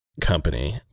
company